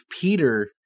Peter